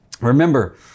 Remember